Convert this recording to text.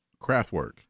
Craftwork